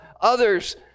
others